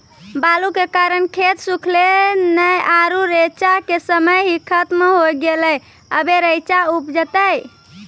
बालू के कारण खेत सुखले नेय आरु रेचा के समय ही खत्म होय गेलै, अबे रेचा उपजते?